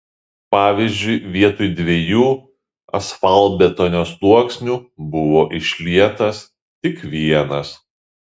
pavyzdžiui vietoj dviejų asfaltbetonio sluoksnių buvo išlietas tik vienas